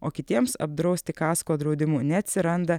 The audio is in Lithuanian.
o kitiems apdrausti kasko draudimu neatsiranda